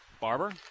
Barber